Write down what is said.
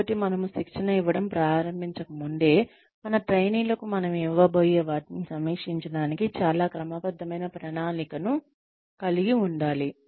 కాబట్టి మనము శిక్షణ ఇవ్వడం ప్రారంభించక ముందే మన ట్రైనీలకు మనం ఇవ్వబోయే వాటిని సమీక్షించడానికి చాలా క్రమబద్ధమైన ప్రణాళికను కలిగి ఉండాలి